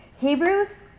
Hebrews